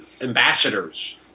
ambassadors